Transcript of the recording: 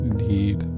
need